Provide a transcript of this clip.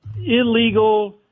illegal